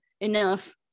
enough